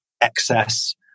excess